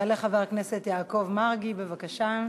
יעלה חבר הכנסת יעקב מרגי, בבקשה.